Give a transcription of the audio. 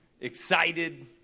excited